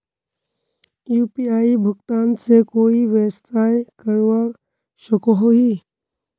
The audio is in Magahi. यु.पी.आई भुगतान से कोई व्यवसाय करवा सकोहो ही?